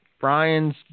Brian's